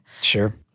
Sure